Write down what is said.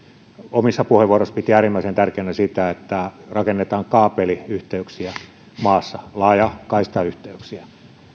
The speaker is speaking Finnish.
omissa puheenvuoroissaan piti äärimmäisen tärkeänä sitä että rakennetaan kaapeliyhteyksiä maassa laajakaistayhteyksiä